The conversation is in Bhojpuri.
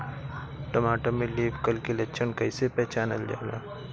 टमाटर में लीफ कल के लक्षण कइसे पहचानल जाला?